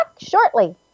shortly